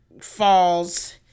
falls